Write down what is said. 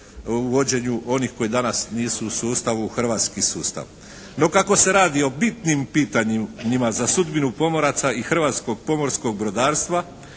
vođenju onih koji danas nisu u sustavu hrvatski sustav. No kako se radi o bitnim pitanjima za sudbinu pomoraca i hrvatskog pomorskog brodarstva,